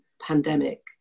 pandemic